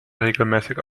regelmäßig